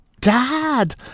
dad